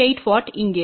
8 W இங்கே